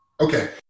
Okay